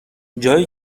جایی